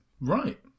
Right